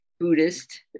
Buddhist